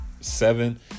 seven